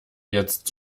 jetzt